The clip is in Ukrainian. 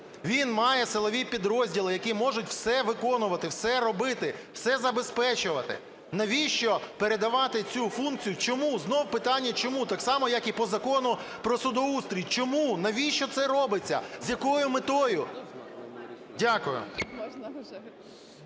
Він має силові підрозділи, які можуть все виконувати, все робити, все забезпечувати. Навіщо передавати цю функцію? Чому? Знову питання: чому (так само як і по Закону про судоустрій), чому, навіщо це робиться, з якою метою? Дякую.